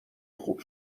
خوب